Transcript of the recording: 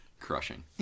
Crushing